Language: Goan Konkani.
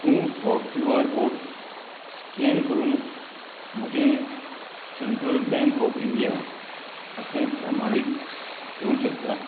तूं हो क्यू आर कोड स्कॅन करून म्हजें सेंट्रल बँक ऑफ इंडिया खातें प्रमाणीत करूंक शकता